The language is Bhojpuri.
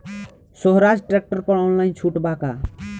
सोहराज ट्रैक्टर पर ऑनलाइन छूट बा का?